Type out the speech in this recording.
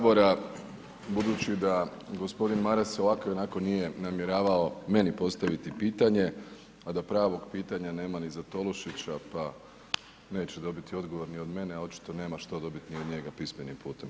Budući da g. Maras ovako i onako nije namjeravao meni postaviti pitanje, a da pravog pitanja nema ni za Tolušića, pa, neće dobiti odgovor ni od mene, očito nema što dobiti ni od njega pismenim putem.